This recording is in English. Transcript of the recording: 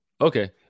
Okay